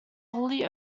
wholly